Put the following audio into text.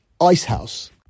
icehouse